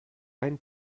ein